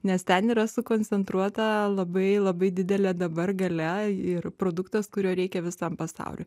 nes ten yra sukoncentruota labai labai didelė dabar galia ir produktas kurio reikia visam pasauliui